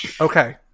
Okay